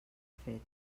fet